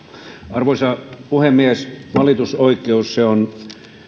arvoisa puhemies valitusoikeus on